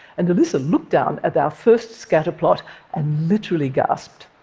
and elissa looked down at our first scatterplot and literally gasped,